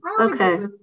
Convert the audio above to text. Okay